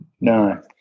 No